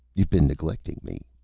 you've been neglecting me.